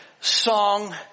song